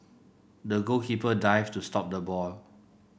the goalkeeper dived to stop the ball